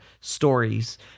stories